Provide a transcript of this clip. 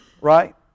Right